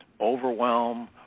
overwhelm